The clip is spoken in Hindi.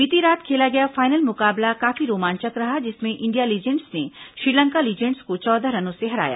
बीती रात खेला गया फाइनल मुकाबला काफी रोमांचक रहा जिसमें इंडिया लीजेंड्स ने श्रीलंका लीजेंड्स को चौदह रनों से हराया